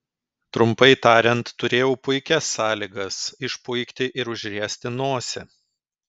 trumpai tariant turėjau puikias sąlygas išpuikti ir užriesti nosį